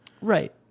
Right